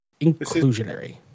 Inclusionary